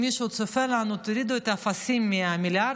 אם מישהו צופה בנו: תוריד את האפסים מהמיליארדים.